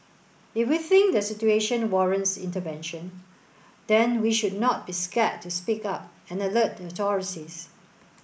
if we think the situation warrants intervention then we should not be scared to speak up and alert the authorities